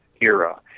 era